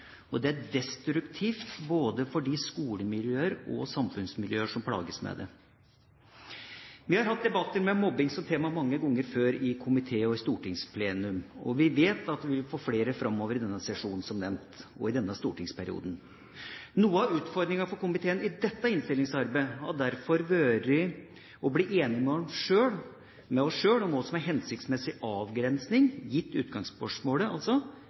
og det er destruktivt både for de skolemiljøer og samfunnsmiljøer som plages med det. Vi har hatt debatter med mobbing som tema mange ganger før i komité og i stortingsplenum, og vi vet at vi vil få flere framover i denne sesjonen og i denne stortingsperioden. Noe av utfordringa for komiteen i dette innstillingsarbeidet har derfor vært å bli enige med oss sjøl om hva som er hensiktsmessig avgrensing gitt utgangsspørsmålet: